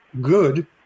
good